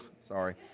Sorry